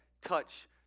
touch